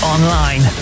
Online